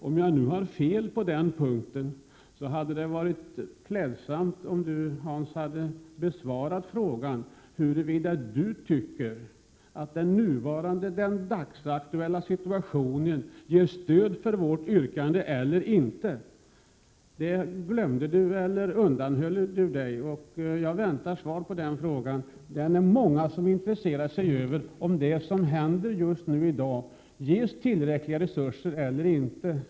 Om jag nu har fel på den punkten hade det varit klädsamt om Hans Lindblad hade svarat på frågan huruvida han tycker att den dagsaktuella situationen ger stöd för vårt yrkande eller inte. Den uppfattningen undanhöll han oss, men jag väntar mig ett svar på den frågan. Det är många som intresserar sig för det som händer just nu och undrar om det ges tillräckliga resurser eller inte.